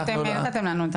זה מה שאתם הנחתם לנו,